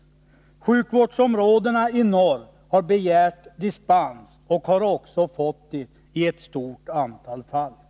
I sjukvårdsområdena i norr har man begärt dispens, och man har också i ett stort antal fall fått sådan.